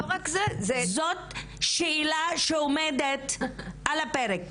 זאת השאלה שעומדת על הפרק.